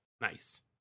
Nice